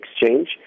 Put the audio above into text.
exchange